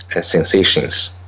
sensations